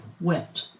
wet